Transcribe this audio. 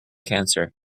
cancer